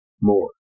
more